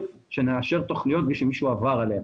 שנאשר תוכניות בלי שמישהו עבר עליהן.